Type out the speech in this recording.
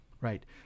Right